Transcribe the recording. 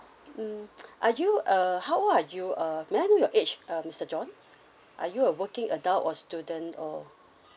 hmm are you uh how old are you uh may I know your age um mister john are you a working adult or student or